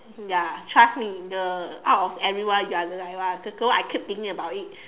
ya trust me the out of everyone you are like the one I keep thinking about it